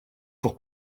pour